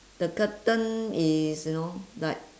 the curtain is you know like